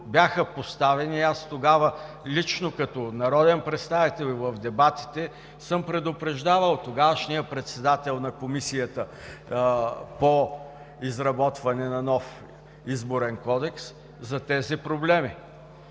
Тогава аз лично като народен представител и в дебатите съм предупреждавал тогавашния председател на Комисията по изработване на нов Изборен кодекс за тези проблеми.